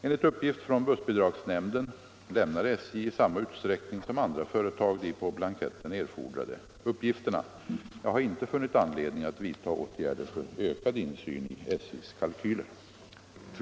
Enligt uppgift från bussbidragsnämnden lämnar SJ i samma utsträckning som andra företag de på blanketten begärda uppgifterna. Jag har inte funnit anledning att vidta åtgärder för ökad insyn i SJ:s kalkyler.